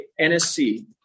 NSC